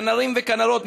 כנרים וכנרות,